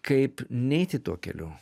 kaip neiti tuo keliu